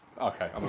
Okay